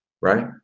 right